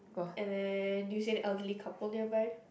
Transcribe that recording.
and then you said the elderly couple nearby